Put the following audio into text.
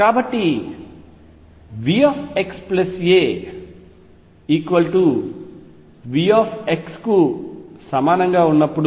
కాబట్టి Vxa V కు సమానంగా ఉన్నప్పుడు